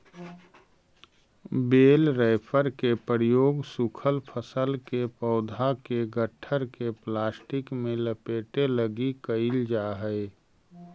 बेल wrapper के प्रयोग सूखल फसल के पौधा के गट्ठर के प्लास्टिक में लपेटे लगी कईल जा हई